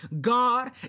God